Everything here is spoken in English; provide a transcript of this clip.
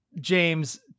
James